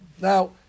Now